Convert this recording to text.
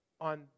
on